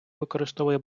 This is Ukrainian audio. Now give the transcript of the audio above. використовує